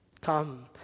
Come